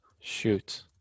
Shoot